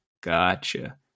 gotcha